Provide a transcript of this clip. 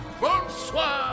Bonsoir